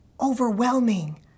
overwhelming